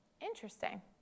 Interesting